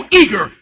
eager